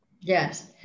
Yes